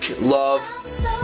love